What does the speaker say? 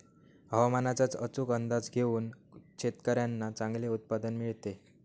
हवामानाचा अचूक अंदाज घेऊन शेतकाऱ्यांना चांगले उत्पादन मिळते